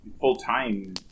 full-time